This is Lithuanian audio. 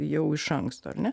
jau iš anksto ar ne